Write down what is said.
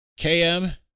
KM